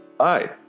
Hi